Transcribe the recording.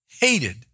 hated